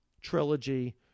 trilogy